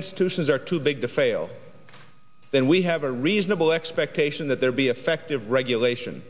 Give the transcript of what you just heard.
institutions are too big to fail then we have a reasonable expectation that there be effective regulation